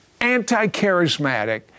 anti-charismatic